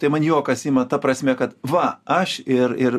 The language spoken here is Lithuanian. tai man juokas ima ta prasme kad va aš ir ir